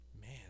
Man